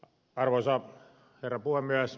arvoisa herra puhemies